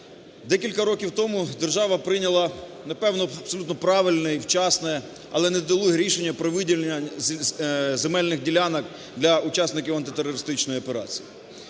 Декілька років тому держава прийняла, напевно, абсолютно правильне і вчасне, але недолуге рішення про виділення земельних ділянок для учасників антитерористичної операції.